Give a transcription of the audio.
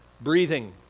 breathing